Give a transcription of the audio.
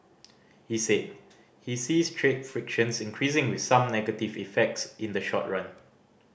he said he sees trade frictions increasing with some negative effects in the short run